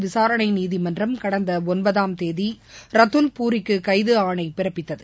விசாரணை நீதிமன்றம் கடந்த ஒன்பதாம் தேதி ரத்துர்பூரிக்கு கைது ஆணை பிறப்பித்தது